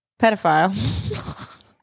Pedophile